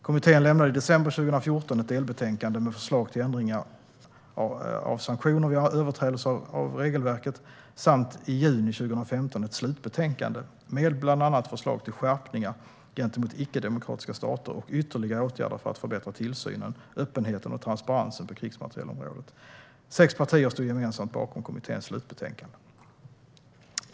Kommittén lämnade i december 2014 ett delbetänkande med förslag till ändringar av sanktionerna vid överträdelser av regelverket samt i juni 2015 ett slutbetänkande, med bland annat förslag till skärpningar gentemot icke-demokratiska stater och ytterligare åtgärder för att förbättra tillsynen, öppenheten och transparensen på krigsmaterielområdet. Sex partier stod gemensamt bakom kommitténs slutbetänkande.